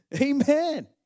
Amen